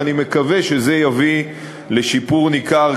ואני מקווה שזה יביא לשיפור ניכר,